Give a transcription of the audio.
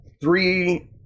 three –